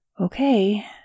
Okay